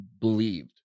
believed